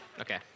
Okay